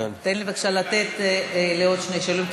תן לי בבקשה לתת לעוד שני שואלים,